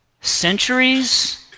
centuries